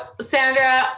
Sandra